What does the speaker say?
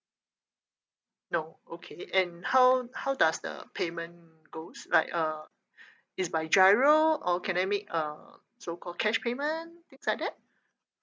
no okay and how how does the payment goes like uh it's by giro or can I make a so called cash payment things like that